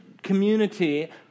community